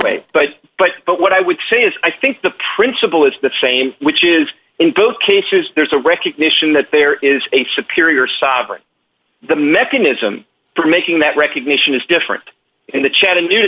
way but but but what i would say is i think the principle is the same which is in both cases there's a recognition that there is a superior sovereign the mechanism for making that recognition is different in the chattanooga